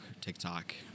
TikTok